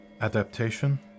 adaptation